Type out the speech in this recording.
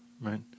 right